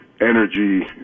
energy